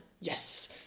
Yes